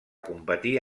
competir